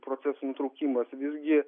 proceso nutraukimas visgi